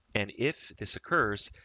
and if this occurs,